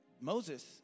Moses